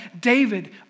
David